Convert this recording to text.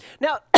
Now